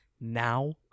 now